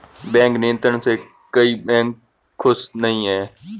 bank नियंत्रण से कई बैंक खुश नही हैं